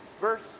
verse